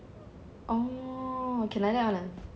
can like that [one] ah